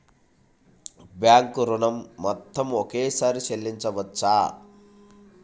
Bank ఋణం మొత్తము ఒకేసారి చెల్లించవచ్చా?